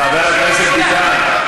חבר הכנסת ביטן.